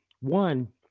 One